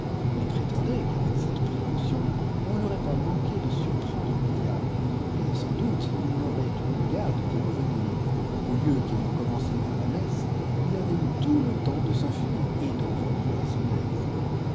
ils prétendaient qu'avec cette précaution on n'aurait pas manqué de surprendre le diable et sans doute il n'aurait eu garde d'y revenir au lieu qu'ayant commencé par la messe il avait eu tout le temps de s'enfuir et de revenir à son aise